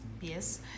yes